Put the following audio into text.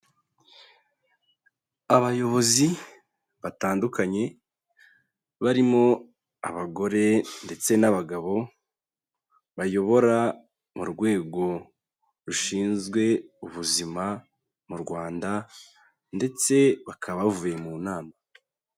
Abayobozi batandukanye barimo abagore ndetse n'abagabo, bayobora mu rwego rushinzwe ubuzima mu Rwanda ndetse bakaba bavuye mu nama.